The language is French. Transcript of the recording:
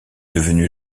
devenu